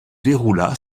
déroula